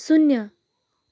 शून्य